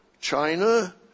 China